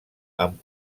amb